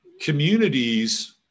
communities